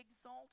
Exalt